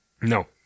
No